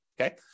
okay